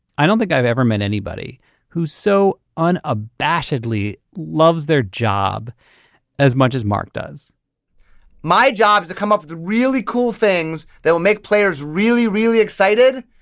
i don't think i've ever met anybody who so unabashedly loves their job as much as mark does my job is to come up with really cool things that'll make players really, really excited.